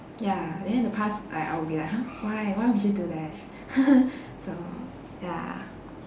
ya and then the past like I I will be like !huh! why why would you do that so ya